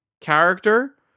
character